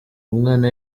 umwana